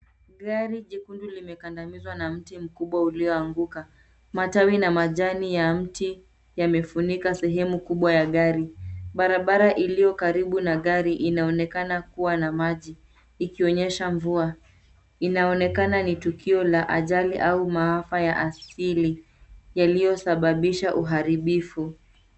Gari jekundu limekandamizwa na mti mkubwa ilioanguka. Matawi na majani ya mti yamefunika sehemu kubwa ya gari. Barabara iliyo karibu na gari inaonekana kuwa na maji, ikionyesha mvua. Inaonekana ni tukio la ajali au maafa ya asili yaliyosababisha uharibifu.